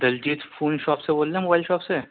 Diljit phone shop سے بول رہے ہیں موبائل شاپ سے